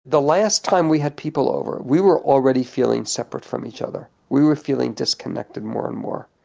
the last time we had people over, we were already feeling separate from each other. we were feeling disconnected, more and more.